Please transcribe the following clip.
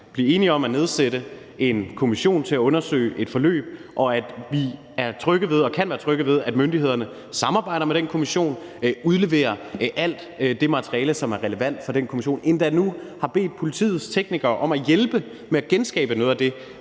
blive enige om at nedsætte en kommission til at undersøge et forløb, og at vi er trygge ved og kan være trygge ved, at myndighederne samarbejder med den kommission, udleverer alt det materiale, som er relevant for den kommission, og som endda nu har bedt politiets teknikere om at hjælpe med at genskabe noget af det